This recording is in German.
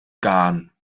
garen